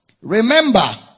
Remember